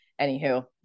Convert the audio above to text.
anywho